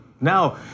Now